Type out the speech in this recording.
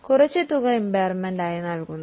അതിനാൽ കുറച്ച് തുക ഇമ്പയർമെൻറ് നൽകുന്നു